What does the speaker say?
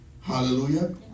Hallelujah